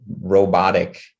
robotic